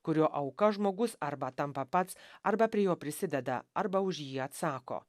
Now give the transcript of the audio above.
kurio auka žmogus arba tampa pats arba prie jo prisideda arba už jį atsako